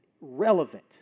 relevant